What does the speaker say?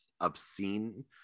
obscene